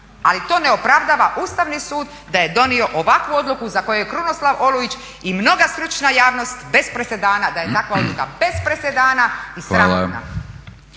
ali to ne opravdava Ustavni sud da je donio ovakvu odluku za koju je Krunoslav Olujić i mnoga stručna javnost bez presedana, da je takva odluka bez presedana i sramotna.